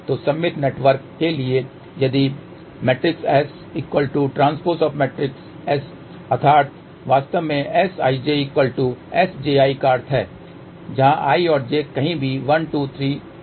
तो सममित नेटवर्क के लिए यदि SST अर्थात वास्तव में SijSji का अर्थ है जहां i और j कहीं भी 1 2 3 N तक हो सकते हैं